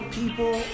people